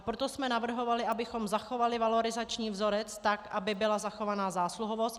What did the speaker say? Proto jsme navrhovali, abychom zachovali valorizační vzorec tak, aby byla zachována zásluhovost.